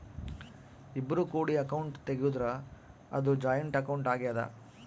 ಇಬ್ರು ಕೂಡಿ ಅಕೌಂಟ್ ತೆಗುದ್ರ ಅದು ಜಾಯಿಂಟ್ ಅಕೌಂಟ್ ಆಗ್ಯಾದ